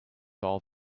all